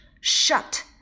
Shut